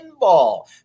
pinball